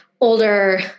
older